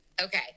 Okay